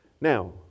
Now